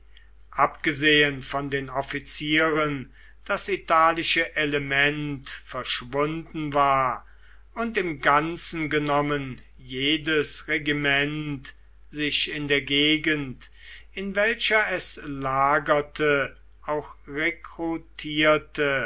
abgesehen von den offizieren das italische element verschwunden war und im ganzen genommen jedes regiment sich in der gegend in welcher es lagerte auch